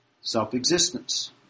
Self-existence